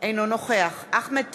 אינו נוכח אחמד טיבי,